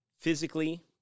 physically